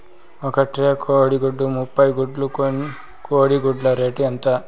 ఒక ట్రే కోడిగుడ్లు ముప్పై గుడ్లు కోడి గుడ్ల రేటు ఎంత?